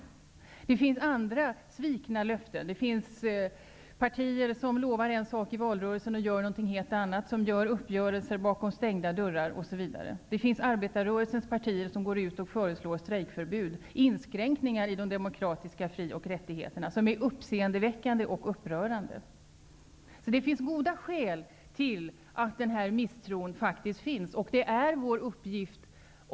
Det finns fler svikna löften. Partier lovar en sak i valrörelsen och gör någonting helt annat därefter, med uppgörelser bakom stängda dörrar. Arbetarrörelsens partier går ut och föreslår strejförbud, dvs. inskränkningar i de demokratiska fri och rättigheterna, något som är både uppseendeväckande och upprörande. Det finns alltså goda skäl till att den här misstron faktiskt finns.